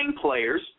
players